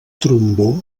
trombó